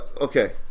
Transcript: okay